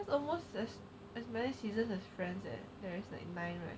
it's almost as many seasons as friends eh there's like nine right